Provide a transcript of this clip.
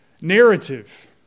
narrative